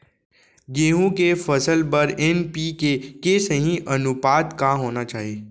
गेहूँ के फसल बर एन.पी.के के सही अनुपात का होना चाही?